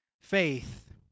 faith